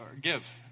give